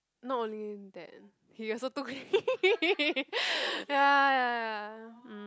not only that he also too clingy ya ya mm